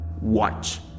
Watch